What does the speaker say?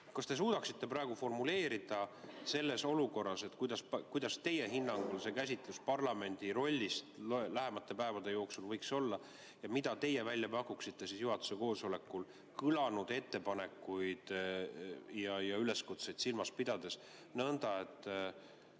Kas te suudaksite praegu selles olukorras formuleerida, milline teie hinnangul käsitlus parlamendi rollist lähemate päevade jooksul võiks olla ja mida teie välja pakuksite juhatuse koosolekul kõlanud ettepanekuid ja üleskutseid silmas pidades,